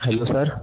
hello sir